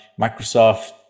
Microsoft